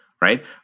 right